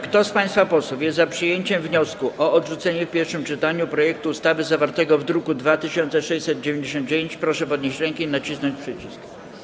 Kto z państwa posłów jest za przyjęciem wniosku o odrzucenie w pierwszym czytaniu projektu ustawy zawartego w druku nr 2699, proszę podnieść rękę i nacisnąć przycisk.